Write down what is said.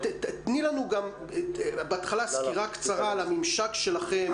תני לנו סקירה קצרה על הממשק שלכם